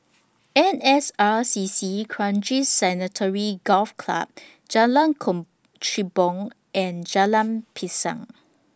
N S R C C Kranji Sanctuary Golf Club Jalan Kechubong and Jalan Pisang